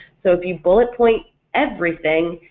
so if you bullet point everything,